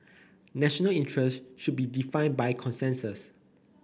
national interest should be defined by consensus